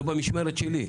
זה במשמרת שלי.